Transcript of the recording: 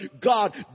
God